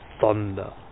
thunder